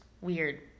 weird